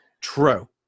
True